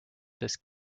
des